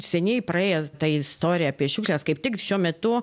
seniai praėjo ta istorija apie šiukšles kaip tik šiuo metu